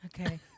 Okay